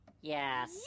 Yes